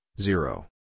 zero